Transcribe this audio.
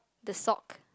the sock